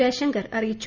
ജയശങ്കർ അറിയിച്ചു